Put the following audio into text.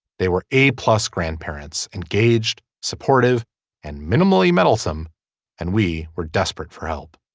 they were a plus grandparents engaged supportive and minimally meddlesome and we were desperate for help.